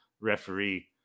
referee